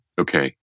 Okay